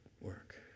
work